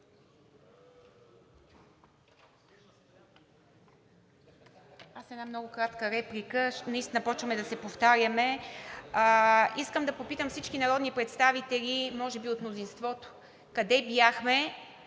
една много кратка реплика. Наистина започваме да се повтаряме. Искам да попитам всички народни представители, може би от мнозинството, къде бяхме,